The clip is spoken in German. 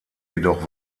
jedoch